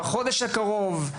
בחודש הקרוב,